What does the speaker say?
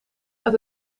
uit